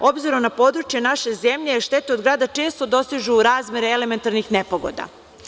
S obzirom na područje naše zemlje štete od grada često dostižu razmere elementarnih nepogoda.